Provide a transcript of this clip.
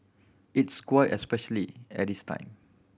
it's quiet especially at this time